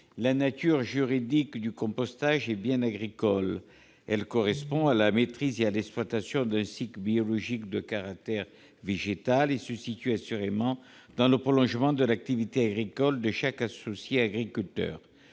la nature juridique du compostage est bien agricole : elle correspond à la maîtrise et à l'exploitation d'un cycle biologique de caractère végétal et se situe assurément dans le prolongement de l'activité agricole de chaque associé agriculteur.